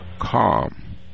calm